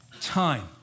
Time